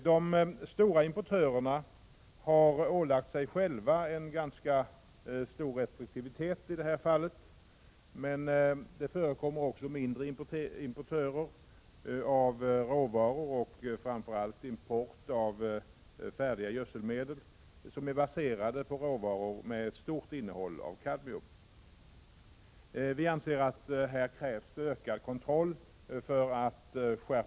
De stora importörerna har ålagt sig själva en ganska stor restriktivitet i detta fall, men det förekommer också mindre importörer av råvaror och framför allt import av färdiga gödselmedel, som är baserade på råvaror med stort innehåll av kadmium. Vi anser att det här krävs ökad kontroll.